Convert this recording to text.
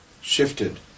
shifted